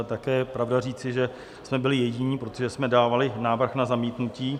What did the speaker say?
Také je pravda říci, že jsme byli jediní, protože jsme dávali návrh na zamítnutí.